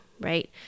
right